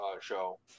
show